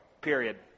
period